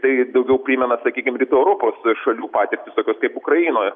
tai daugiau primena sakykim rytų europos šalių patirtis tokias kaip ukrainoj